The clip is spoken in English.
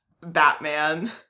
Batman